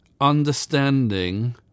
understanding